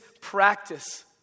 practice